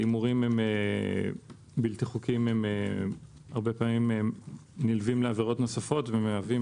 הימורים בלתי חוקיים נלווים לעבירות נוספות ומהווים